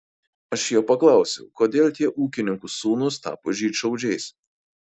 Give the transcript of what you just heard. aš jo paklausiau kodėl tie ūkininkų sūnūs tapo žydšaudžiais